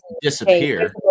disappear